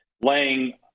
laying –